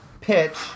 pitch